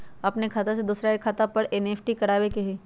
अपन खाते से दूसरा के खाता में एन.ई.एफ.टी करवावे के हई?